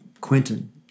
Quentin